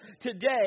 today